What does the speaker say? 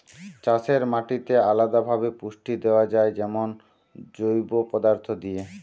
চাষের মাটিতে আলদা ভাবে পুষ্টি দেয়া যায় যেমন জৈব পদার্থ দিয়ে